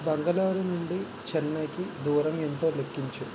బంగళూరు నుండి చెన్నైకి దూరం ఎంతో లెక్కించుము